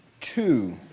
two